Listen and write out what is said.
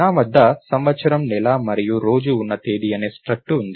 నా వద్ద సంవత్సరం నెల మరియు రోజు ఉన్న తేదీ అనే స్ట్రక్టు ఉంది